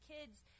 kids